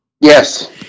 Yes